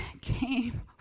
came